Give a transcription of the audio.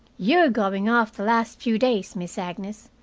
you're going off the last few days, miss agnes.